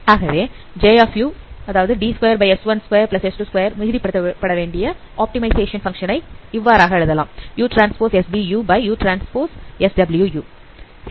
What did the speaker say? ஆகவே J மிகுதி படுத்தப்பட வேண்டிய ஆப்டிமைசேஷன் பங்க்ஷன் ஐ இவ்வாறாக எழுதலாம்